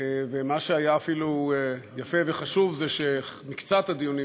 ומה שהיה אפילו יפה וחשוב זה שמקצת הדיונים,